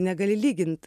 negali lygint